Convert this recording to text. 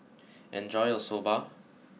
enjoy your Soba